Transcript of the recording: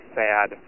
sad